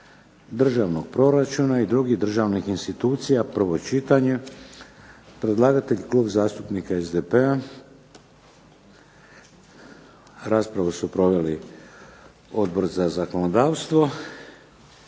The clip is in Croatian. državnog proračuna i drugih državnih institucija, prvo čitanje, P.Z. broj 374 Predlagatelj: Klub zastupnika SDP-a Raspravu su proveli Odbor za zakonodavstvo